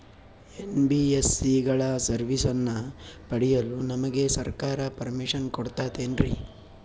NBSC ಗಳ ಸರ್ವಿಸನ್ನ ಪಡಿಯಲು ನಮಗೆ ಸರ್ಕಾರ ಪರ್ಮಿಷನ್ ಕೊಡ್ತಾತೇನ್ರೀ?